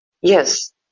Yes